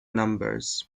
numbers